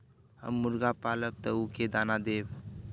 हम मुर्गा पालव तो उ के दाना देव?